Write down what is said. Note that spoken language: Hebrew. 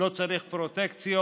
לא צריך פרוטקציות.